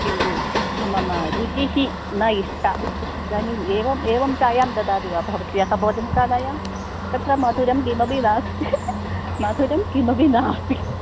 किन्तु मम रुचिः न इष्टा इदानीम् एवम् एवं चायं ददाति वा भवत्याः भोजनशालायां तत्र मधुरं किमपि नास्ति मधुरं किमपि नास्ति